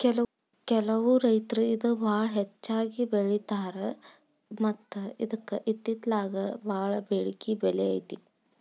ಕೆಲವು ರೈತರು ಇದ ಹೆಚ್ಚಾಗಿ ಬೆಳಿತಾರ ಮತ್ತ ಇದ್ಕ ಇತ್ತಿತ್ತಲಾಗ ಬಾಳ ಬೆಡಿಕೆ ಬೆಲೆ ಐತಿ